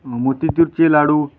मोतीचूरचे लाडू